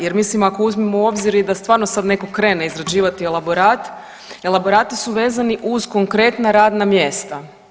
Jer mislim ako uzmemo u obzir i da stvarno sad netko krene izrađivati elaborat, elaborati su vezani uz konkretna radna mjesta.